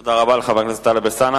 תודה רבה לחבר הכנסת טלב אלסאנע.